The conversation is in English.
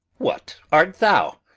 what art thou?